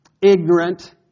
ignorant